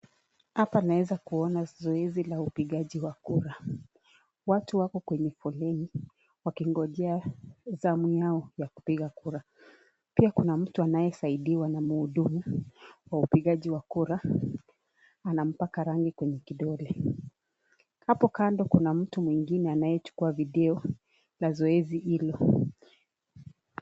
Hapa naweza kuona zoezi la upigaji wa kura, watu wako kwenye foleni wakingojea zamu yao ya kupiga kura, pia kuna mtu anayesaidiwa na mhudumu wa upigaji wa kura, anampaka rangi kwenye kidole, hapo kando kuna mtu mwingine anayechukua video ya zoezi hilo.